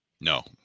No